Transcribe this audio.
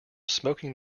smoking